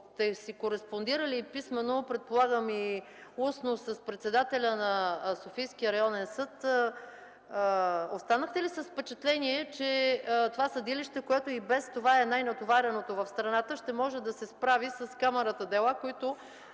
сте си кореспондирали и писмено, предполагам и устно, с председателя на Софийския районен съд, останахте ли с впечатление, че това съдилище, което и без това е най-натовареното в страната, ще може да се справи с камарата дела, които